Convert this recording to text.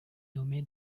nommé